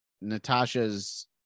natasha's